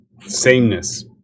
sameness